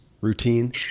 routine